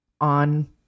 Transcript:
on